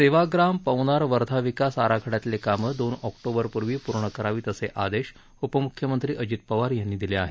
सेवाग्राम पवनार वर्धा विकास आराखड्यातली कामं दोन ऑक्टोबरपूर्वी पूर्ण करावीत असे आदेश उपमुख्यमंत्री अजित पवार यांनी दिले आहेत